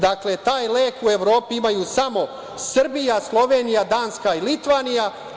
Dakle, taj lek u Evropi imaju samo Srbija, Slovenija, Danska i Litvanija.